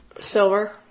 Silver